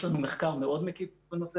יש לנו מחקר מאוד מקיף בנושא